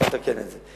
צריך לתקן את זה.